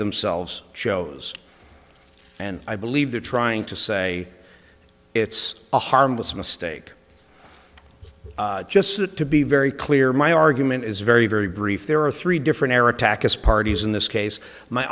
themselves shows and i believe they're trying to say it's a harmless mistake just so that to be very clear my argument is very very brief there are three different era tax parties in this case my